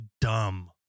dumb